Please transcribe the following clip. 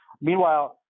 Meanwhile